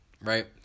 Right